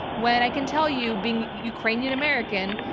when i can tell you, being ukrainian-american,